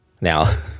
Now